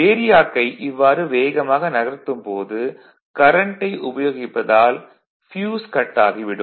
வேரியாக்கை இவ்வாறு வேகமாக நகர்த்தும் போது கரண்ட்டை உபயோகிப்பதால் ப்யூஸ் கட் ஆகி விடும்